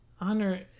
Honor